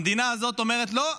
המדינה הזו אומרת: לא,